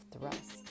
thrust